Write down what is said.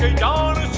gone